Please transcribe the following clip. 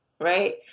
right